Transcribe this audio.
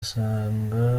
asanga